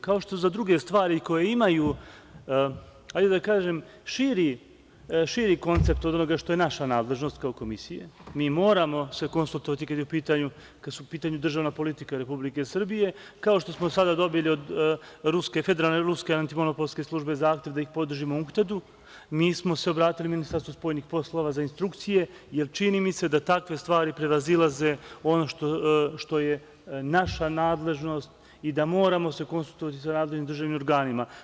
Kao što za druge stvari koje imaju, hajde da kažem, širi koncept od onoga što je naša nadležnost kao Komisije, mi se moramo konsultovati kada je u pitanju državna politika Republike Srbije, kao što smo sada dobili od Federalne Ruske antimonopolske službe zahtev da ih podržimo u „Unhtedu“, mi smo se obratili Ministarstvu spoljnih poslova za instrukcije, jer čini mi se da takve stvari prevazilaze ono što je naša nadležnost i da moramo se konsultovati sa nadležnim državnim organima.